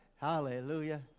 Hallelujah